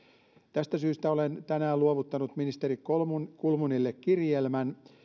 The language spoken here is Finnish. tästä syystä olen tänään luovuttanut ministeri kulmunille kirjelmän